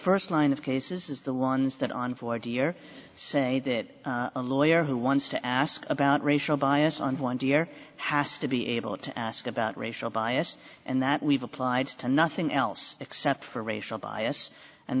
first line of cases is the ones that on for dear say that a lawyer who wants to ask about racial bias on one two year has to be able to ask about racial bias and that we've applied to nothing else except for racial bias and